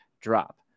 drop